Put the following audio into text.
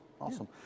awesome